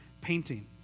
painting